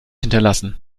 hinterlassen